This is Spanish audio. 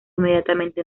inmediatamente